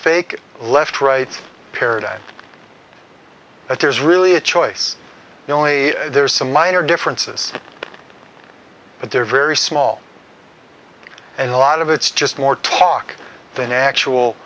fake left right paradigm that there's really a choice only there's some minor differences but they're very small and a lot of it's just more talk than actual